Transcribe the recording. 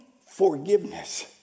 forgiveness